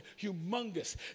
humongous